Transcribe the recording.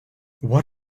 what